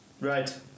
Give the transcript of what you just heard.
Right